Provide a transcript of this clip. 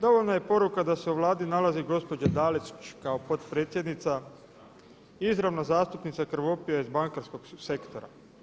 Dovoljna je poruka da se u Vladi nalazi gospođa Dalić kao potpredsjednica, izravno zastupnica krvopija iz bankarskog sektora.